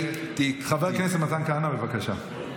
חבר הכנסת מתן כהנא, בבקשה.